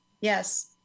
Yes